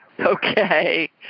Okay